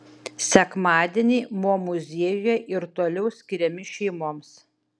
sekmadieniai mo muziejuje ir toliau skiriami šeimoms